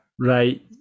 Right